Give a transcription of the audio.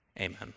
Amen